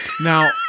Now